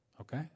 okay